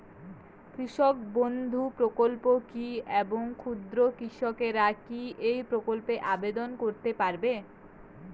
কৃষক বন্ধু প্রকল্প কী এবং ক্ষুদ্র কৃষকেরা কী এই প্রকল্পে আবেদন করতে পারবে?